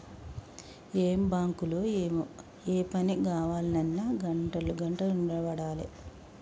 ఏం బాంకులో ఏమో, ఏ పని గావాల్నన్నా గంటలు గంటలు నిలవడాలె